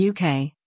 UK